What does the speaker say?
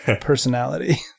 personality